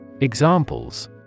Examples